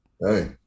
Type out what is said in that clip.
Hey